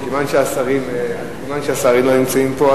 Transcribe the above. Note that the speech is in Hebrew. מכיוון שהשרים אינם נמצאים פה,